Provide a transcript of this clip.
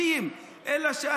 להם: קודם כול,